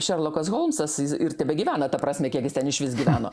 šerlokas holmsas ir tebegyvena ta prasme kiek jis ten išvis gyveno